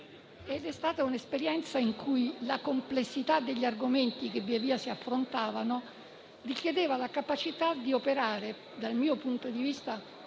È stata un'esperienza in cui la complessità degli argomenti che via via si affrontavano richiedeva la capacità di operare, dal mio punto di vista,